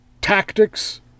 tactics